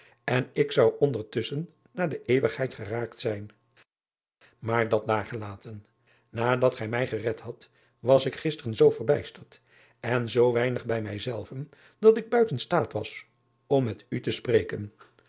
en ik zou ondertusschen naar de euwigheid geraakt zijn aar dat daar gelaten adat gij mij gered hadt was ik gisteren zoo verbijsterd en zoo weinig bij mij zelven dat ik buiten staat was om met u te spreken